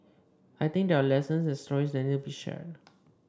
I think there are lessons and stories that need to be shared